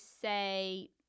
say